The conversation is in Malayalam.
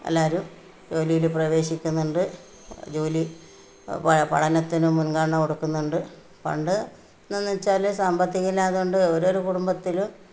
എല്ലാവരും ജോലിയിൽ പ്രവേശിക്കുന്നുണ്ട് ജോലി പഠനത്തിനു മുന്ഗണന കൊടുക്കുന്നുണ്ട് പണ്ട് എന്ന് വെച്ചാൽ സാമ്പത്തികമില്ലാത്തത് കൊണ്ട് ഓരോരോ കുടുംബത്തിലും